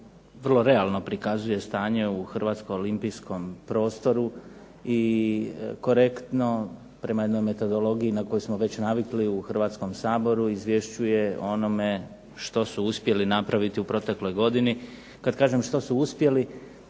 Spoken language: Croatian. vrlo realno prikazuje stanje u hrvatskom olimpijskom prostoru i korektno, prema jednoj metodologiji na koju smo već navikli u Hrvatskom saboru izvješćuje o onome što su uspjeli napraviti u protekloj godini. Kad kažem što su uspjeli,